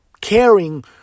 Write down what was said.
caring